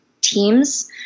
teams